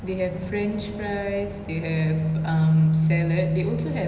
they have french fries they have um salad they also have